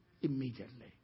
immediately